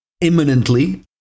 imminently